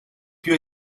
più